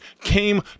came